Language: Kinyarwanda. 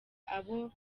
abo